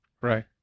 Right